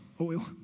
oil